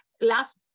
last